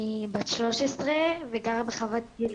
אני בת 13 מחוות גלעד,